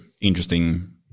interesting